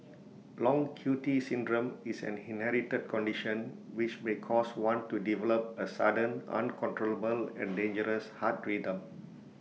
long Q T syndrome is an inherited condition which may cause one to develop A sudden uncontrollable and dangerous heart rhythm